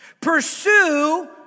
Pursue